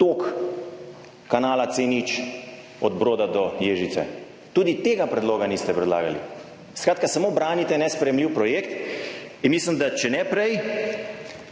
tok kanala C0 od Broda do Ježice. Tudi tega predloga niste predlagali. Skratka, samo branite nesprejemljiv projekt in mislim, da če ne prej,